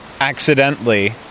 accidentally